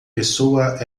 pessoa